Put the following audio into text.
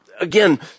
again